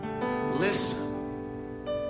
listen